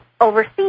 overseas